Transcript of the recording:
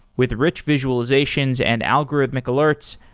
with rich visualizations and algorithmic alerts,